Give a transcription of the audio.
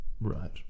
Right